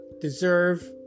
deserve